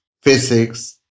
Physics